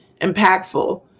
impactful